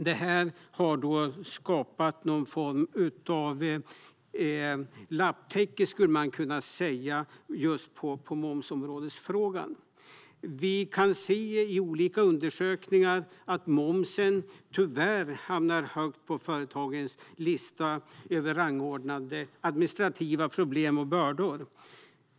Det här har skapat någon form av lapptäcke, skulle man kunna säga, när det gäller momsområdesfrågan. Vi kan se i olika undersökningar att momsen tyvärr hamnar högt på företagens lista över rangordnade administrativa problem och bördor.